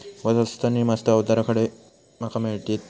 स्वस्त नी मस्त अवजारा माका खडे मिळतीत?